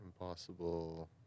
Impossible